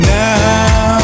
now